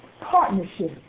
partnership